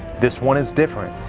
this one is different.